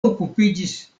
okupiĝis